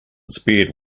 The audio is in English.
spared